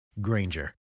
Granger